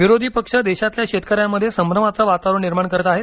विरोधी पक्ष देशातील शेतकऱ्यांमध्ये संभ्रमाचं वातावरण निर्माण करत आहेत